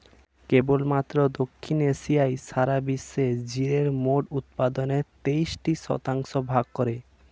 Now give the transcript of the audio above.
কেবলমাত্র দক্ষিণ এশিয়াই সারা বিশ্বের জিরের মোট উৎপাদনের তেষট্টি শতাংশ ভোগ করে